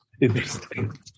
interesting